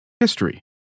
history